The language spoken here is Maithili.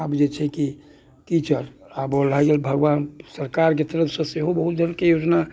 आब जे छै कि कीचड़ आब ओ लै गेल भगवान सरकारके तरफसँ सेहो बहुत देलकै योजना